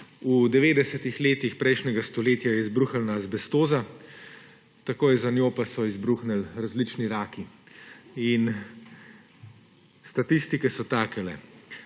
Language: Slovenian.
V 90. letih prejšnjega stoletja je izbruhnila azbestoza, takoj za njo pa so izbruhnili različni raki. Statistike so naslednje: